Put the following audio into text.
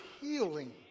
healing